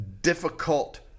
difficult